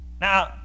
Now